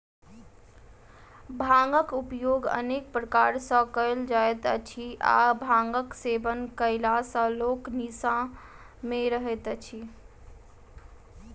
भांगक उपयोग अनेक प्रकार सॅ कयल जाइत अछि आ भांगक सेवन कयला सॅ लोक निसा मे रहैत अछि